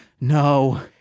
No